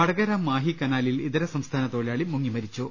വടകര മാഹി കനാലിൽ ഇതര സംസ്ഥാന തൊഴിലാളി മുങ്ങിമരിച്ചു